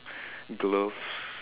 gloves